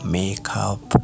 makeup